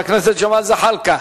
חבר הכנסת ג'מאל זחאלקה?